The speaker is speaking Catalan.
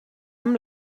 amb